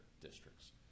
districts